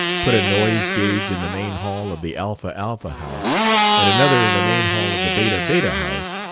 put a noise-gauge in the main hall of the alpha-alpha house and another in the main hall of the beta-beta house,